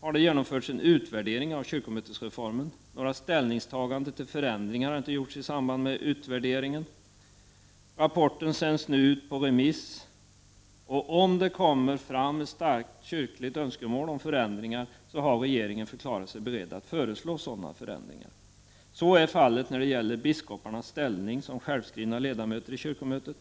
har det genomförts en utvärdering av kyrkomötesreformen. Några ställningstaganden till förändringar har inte gjorts i samband med utvärderingen. Rapporten sänds nu ut på remiss, och om det kommer fram ett starkt kyrkligt önskemål om förändringar så har regeringen förklarat sig beredd att föreslå sådana förändringar. Så är fallet när det gäller biskoparnas ställning som självskrivna ledamöter i kyrkomötet.